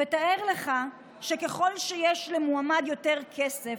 תאר לך שככל שיש למועמד יותר כסף,